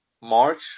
March